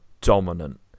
dominant